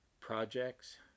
projects